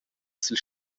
sil